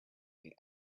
the